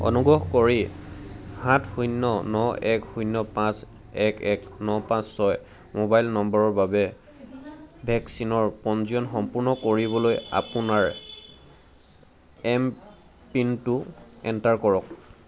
অনুগ্ৰহ কৰি সাত শূন্য ন এক শূন্য পাঁচ এক এক ন পাঁচ ছয় মোবাইল নম্বৰৰ বাবে ভেকচিনৰ পঞ্জীয়ন সম্পূৰ্ণ কৰিবলৈ আপোনাৰ এমপিনটো এণ্টাৰ কৰক